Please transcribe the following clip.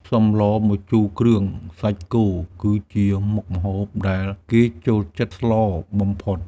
សម្លម្ជូរគ្រឿងសាច់គោ គឺជាមុខម្ហូបដែលគេចូលចិត្តស្លបំផុត។